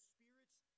Spirit's